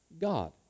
God